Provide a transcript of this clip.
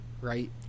right